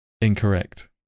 Incorrect